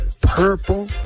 purple